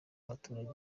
abaturage